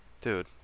dude